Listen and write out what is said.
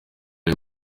ari